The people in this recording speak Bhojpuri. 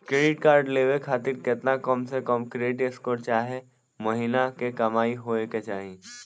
क्रेडिट कार्ड लेवे खातिर केतना कम से कम क्रेडिट स्कोर चाहे महीना के कमाई होए के चाही?